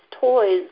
toys